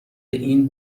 این